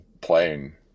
playing